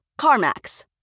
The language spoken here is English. CarMax